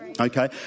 Okay